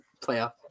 playoff